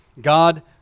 God